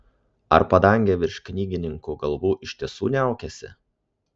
ar padangė virš knygininkų galvų iš tiesų niaukiasi